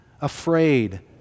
afraid